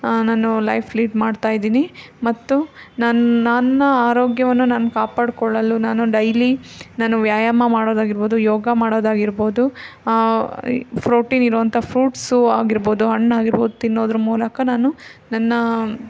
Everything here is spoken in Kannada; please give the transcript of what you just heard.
ನಾನು ಲೈಫ್ ಲೀಡ್ ಮಾಡ್ತಾ ಇದ್ದೀನಿ ಮತ್ತು ನನ್ನ ನನ್ನ ಆರೋಗ್ಯವನ್ನು ನಾನು ಕಾಪಾಡಿಕೊಳ್ಳಲು ನಾನು ಡೈಲಿ ನಾನು ವ್ಯಾಯಾಮ ಮಾಡೋದಾಗಿರ್ಬೋದು ಯೋಗ ಮಾಡೋದಾಗಿರ್ಬೋದು ಫ್ರೊಟೀನ್ ಇರುವಂಥ ಫ್ರೂಟ್ಸು ಆಗಿರ್ಬೋದು ಹಣ್ಣಾಗಿರ್ಬೋದು ತಿನ್ನೋದ್ರ ಮೂಲಕ ನಾನು ನನ್ನ